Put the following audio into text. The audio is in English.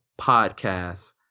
podcast